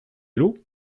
lot